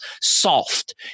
soft